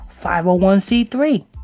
501c3